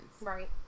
Right